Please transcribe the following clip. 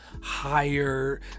higher